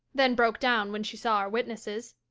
then broke down when she saw our witnesses.